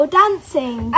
dancing